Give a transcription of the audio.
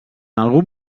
algun